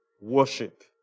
worship